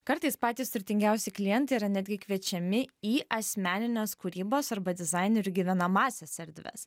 kartais patys turtingiausi klientai yra netgi kviečiami į asmenines kūrybos arba dizainerių gyvenamąsias erdves